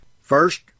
First